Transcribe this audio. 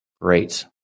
great